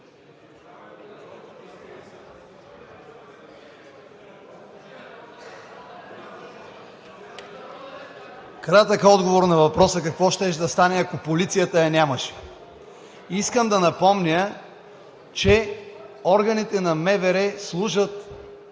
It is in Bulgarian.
Кратък отговор на въпроса: какво щеше да стане, ако полицията я нямаше? Искам да напомня, че органите на